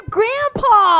Grandpa